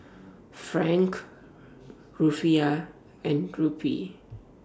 Franc Rufiyaa and Rupee